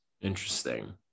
Interesting